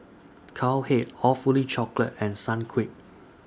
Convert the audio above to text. Cowhead Awfully Chocolate and Sunquick